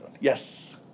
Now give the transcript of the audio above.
Yes